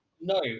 No